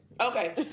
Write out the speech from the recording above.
Okay